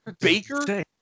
Baker